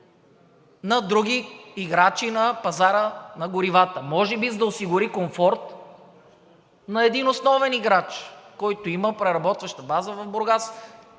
на други играчи на пазара на горивата? Може би, за да осигури комфорт на един основен играч, който има преработваща база в Бургас?!